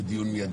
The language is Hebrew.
לדיון מיידי.